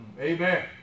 Amen